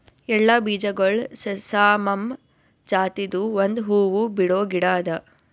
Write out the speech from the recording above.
ಎಳ್ಳ ಬೀಜಗೊಳ್ ಸೆಸಾಮಮ್ ಜಾತಿದು ಒಂದ್ ಹೂವು ಬಿಡೋ ಗಿಡ ಅದಾ